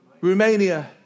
Romania